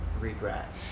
regret